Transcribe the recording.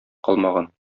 калмаган